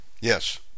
Yes